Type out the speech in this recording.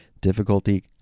difficulty